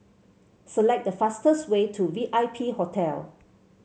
select the fastest way to V I P Hotel